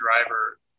driver